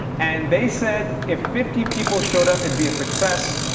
and they said if fifty people showed up, it'd be a success.